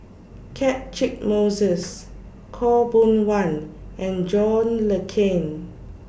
Catchick Moses Khaw Boon Wan and John Le Cain